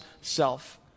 self